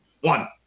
One